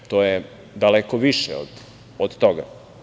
To je daleko više od toga.